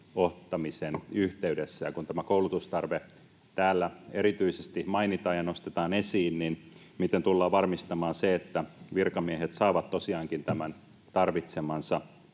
käyttöönottamisen yhteydessä”. Kun tämä koulutustarve täällä erityisesti mainitaan ja nostetaan esiin, niin miten tullaan varmistamaan se, että virkamiehet saavat tosiaankin tämän tarvitsemansa